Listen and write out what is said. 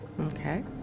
okay